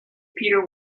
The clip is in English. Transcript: peter